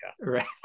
Right